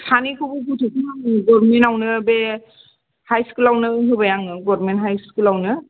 सानैखौबो गथ'खौ आङो गरमेन्टयावनो बे हाइ स्कुलावनो होबाय आङो गरमेन्ट हाइ स्कुलावनो